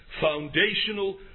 foundational